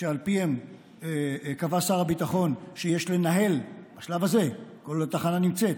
שעל פיהם קבע שר הביטחון שיש לנהל בשלב הזה כל עוד התחנה נמצאת.